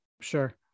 Sure